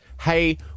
Hey